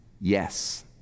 Yes